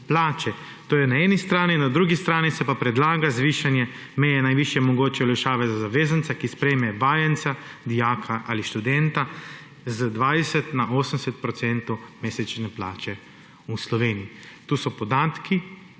To je na eni strani. Na drugi strani se pa predlaga zvišanje meje najvišje mogoče olajšave za zavezanca, ki sprejme vajenca, dijaka ali študenta, z 20 na 80 % mesečne plače v Sloveniji. To so podatki,